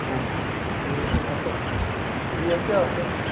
اچھا اچھا اچھا یہِ ؤنۍتَو مےٚ اتھ کیٛاہ ریٚٹ کیٛاہ اَتھ حظ